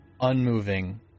unmoving